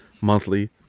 monthly